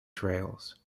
trails